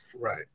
Right